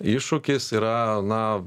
iššūkis yra na